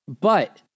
But-